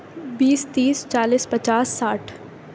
بیس تیس چالیس پچاس ساٹھ